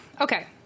Okay